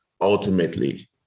ultimately